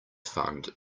fund